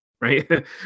right